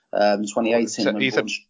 2018